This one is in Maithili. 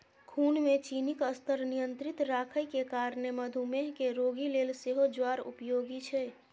खून मे चीनीक स्तर नियंत्रित राखै के कारणें मधुमेह के रोगी लेल सेहो ज्वार उपयोगी छै